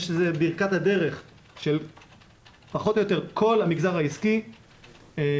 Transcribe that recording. יש לזה ברכת הדרך של פחות או יותר כל המגזר העסקי ואני